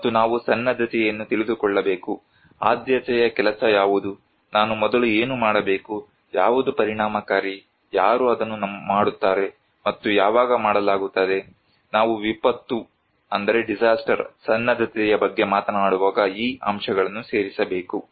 ಮತ್ತು ನಾವು ಸನ್ನದ್ಧತೆಯನ್ನು ತಿಳಿದುಕೊಳ್ಳಬೇಕು ಆದ್ಯತೆಯ ಕೆಲಸ ಯಾವುದು ನಾನು ಮೊದಲು ಏನು ಮಾಡಬೇಕು ಯಾವುದು ಪರಿಣಾಮಕಾರಿ ಯಾರು ಅದನ್ನು ಮಾಡುತ್ತಾರೆ ಮತ್ತು ಯಾವಾಗ ಮಾಡಲಾಗುತ್ತದೆ ನಾವು ವಿಪತ್ತು ಸನ್ನದ್ಧತೆಯ ಬಗ್ಗೆ ಮಾತನಾಡುವಾಗ ಈ ಅಂಶಗಳನ್ನು ಸೇರಿಸಬೇಕು